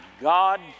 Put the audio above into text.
God